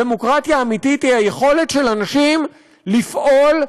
דמוקרטיה אמיתית היא היכולת של אנשים לפעול,